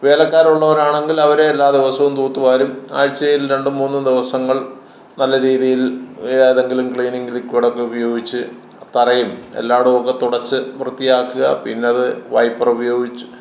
വേലക്കാരുള്ളവരാണെങ്കിൽ അവരെല്ലാ ദിവസവും തൂത്ത് വാരും ആഴ്ചയിൽ രണ്ടും മൂന്നും ദിവസങ്ങൾ നല്ല രീതിയിൽ ഏതെങ്കിലും ക്ലീനിങ്ങ് ലിക്വിഡൊക്കെ ഉപയോഗിച്ച് തറയും എല്ലാടൊമൊക്കെ തുടച്ച് വൃത്തിയാക്കുക പിന്നത് വൈപ്പറുപയോഗിച്ച്